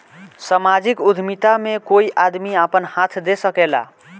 सामाजिक उद्यमिता में कोई आदमी आपन हाथ दे सकेला